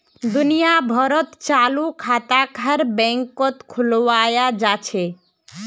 दुनिया भरत चालू खाताक हर बैंकत खुलवाया जा छे